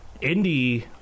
indie